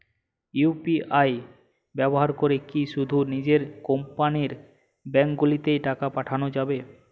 UPI ব্যবহার করে কি শুধু নিজের কোম্পানীর ব্যাংকগুলিতেই টাকা পাঠানো যাবে?